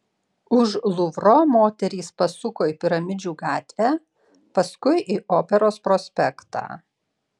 už luvro moterys pasuko į piramidžių gatvę paskui į operos prospektą